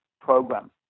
program